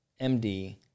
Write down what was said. MD